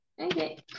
Okay